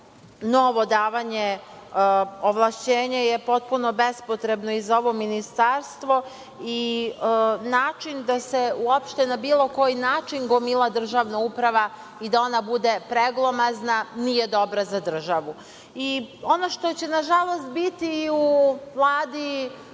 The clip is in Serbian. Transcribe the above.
novo davanje ovlašćenja je potpuno bespotrebno i za ovo ministarstvo, i način da se uopšte na bilo koji način gomila državna uprava i da ona bude preglomazna, nije dobro za državu. Ono što će na žalost biti i u Vladi